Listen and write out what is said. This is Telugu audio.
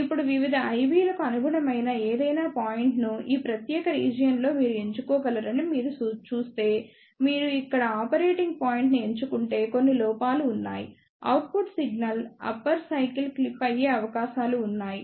ఇప్పుడువివిధ IB లకు అనుగుణమైన ఏదైనా పాయింట్ను ఈ ప్రత్యేక రీజియన్ లో మీరు ఎంచుకోగలరని మీరు చూస్తే మీరు ఇక్కడ ఆపరేటింగ్ పాయింట్ను ఎంచుకుంటే కొన్ని లోపాలు ఉన్నాయి output signal upper cycle clip అయ్యే అవకాశాలు ఉన్నాయి